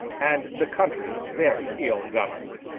and the country very ill governed.